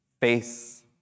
face